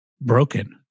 broken